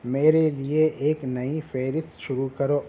میرے لیے ایک نئی فہرست شروع کرو